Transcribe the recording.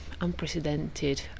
unprecedented